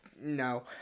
no